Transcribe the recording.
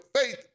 faith